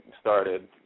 started